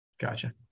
Gotcha